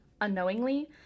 Unknowingly